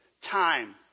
time